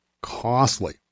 costly